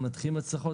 אנחנו מנתחים הצלחות,